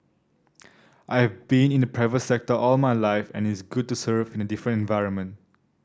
I've been in the private sector all my life and it's good to serve in a different environment